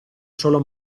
solo